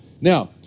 Now